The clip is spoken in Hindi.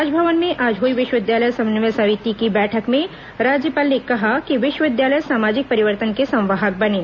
राजभवन में आज हुई विष्वविद्यालय समन्वय समिति की बैठक राज्यपाल ने कहा कि विष्वविद्यालय सामाजिक परिवर्तन के संवाहक बनें